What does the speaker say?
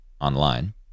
online